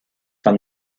fund